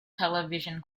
television